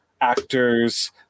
actors